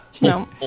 No